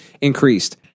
increased